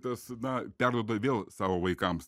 tas na perduoda vėl savo vaikams